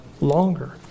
longer